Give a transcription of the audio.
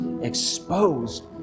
exposed